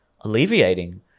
alleviating